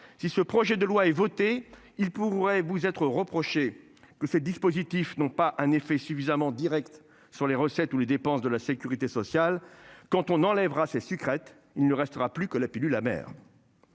Si ce projet de loi est votée, il pourrait vous être reproché que ces dispositifs non pas un effet suffisamment directe sur les recettes ou les dépenses de la Sécurité sociale. Quand on enlèvera ses sucrettes. Il ne restera plus que la pilule amère.